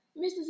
Mrs